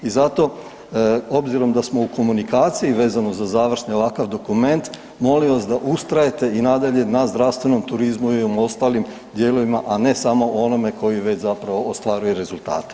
I zato obzirom da smo u komunikaciji vezano za završni ovakav dokument, molim vas da ustrajete i nadalje na zdravstvenom turizmu i u ostalim dijelovima a ne samo u onome koji već zapravo ostvaruje rezultate.